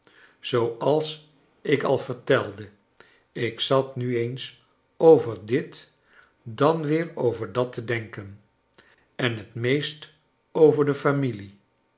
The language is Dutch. zooals ik al vertelde ik zat nu eens over dit dan weer over dat te denken en het meest over de familie